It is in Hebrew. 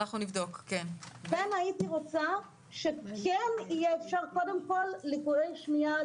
כן הייתי רוצה שיהיה אפשר קודם כל לקויי שמיעה,